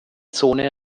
zone